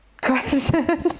question